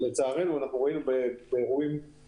לצערנו אנחנו רואים באירועים,